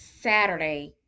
Saturday